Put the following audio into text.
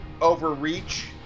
overreach